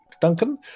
Duncan